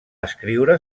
escriure